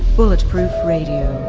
bulletproof radio,